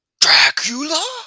Dracula